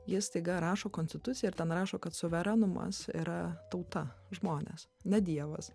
ji staiga rašo konstituciją ir ten rašo kad suverenumas yra tauta žmonės ne dievas